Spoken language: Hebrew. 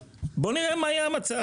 בוא נראה מה יהיה המצב.